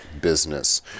business